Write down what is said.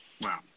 wow